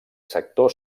sector